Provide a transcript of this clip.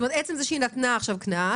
זאת אומרת, עצם זה שהיא נתנה עכשיו עיצום